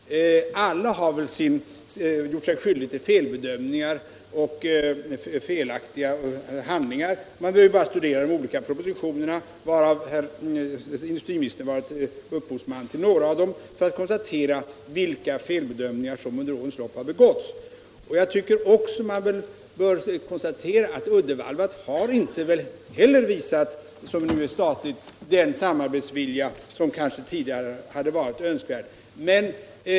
Alla har väl gjort sig skyldiga till felbedömningar och okloka attityder. Vi behöver bara studera de olika propositionerna på detta område — herr industriministern har varit upphovsman till några av dem -— för att konstatera vilka felbedömningar som under årens lopp begåtts. Det statliga Uddevallavarvet har inte heller visat den vilja till samarbete som varit önskvärd.